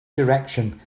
direction